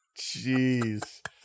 Jeez